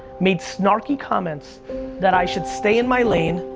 made snarky comments that i should stay in my lane,